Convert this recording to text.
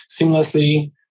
seamlessly